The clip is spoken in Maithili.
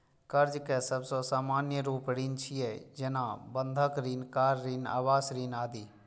कर्ज के सबसं सामान्य रूप ऋण छियै, जेना बंधक ऋण, कार ऋण, आवास ऋण आदि